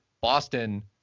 Boston